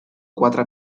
quatre